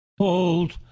Hold